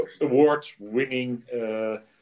award-winning